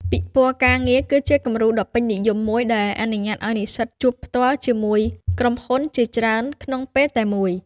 ពិព័រណ៍ការងារ គឺជាគំរូដ៏ពេញនិយមមួយដែលអនុញ្ញាតឱ្យនិស្សិតជួបផ្ទាល់ជាមួយក្រុមហ៊ុនជាច្រើនក្នុងពេលតែមួយ។